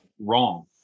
wrong